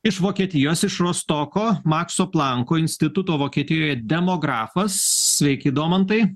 iš vokietijos iš rostoko makso planko instituto vokietijoje demografas sveiki domantai